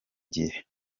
gihe